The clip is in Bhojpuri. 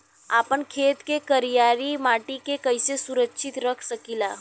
आपन खेत के करियाई माटी के कइसे सुरक्षित रख सकी ला?